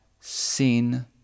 sin